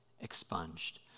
expunged